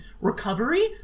recovery